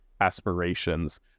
aspirations